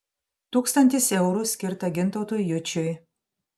tūkstantis eurų skirta gintautui jučiui